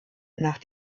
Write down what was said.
nach